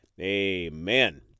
Amen